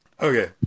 Okay